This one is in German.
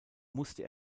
musste